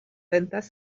ventas